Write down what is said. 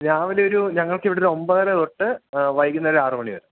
രാവിലെയൊരു ഞങ്ങൾക്കിവിടെ ഒരു ഒമ്പതര തൊട്ട് വൈകുന്നേരം ആറ് മണി വരെ